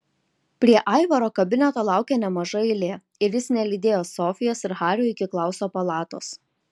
prie aivaro kabineto laukė nemaža eilė ir jis nelydėjo sofijos ir hario iki klauso palatos